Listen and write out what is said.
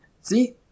See